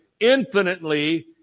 infinitely